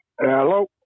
Hello